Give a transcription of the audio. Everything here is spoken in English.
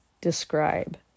describe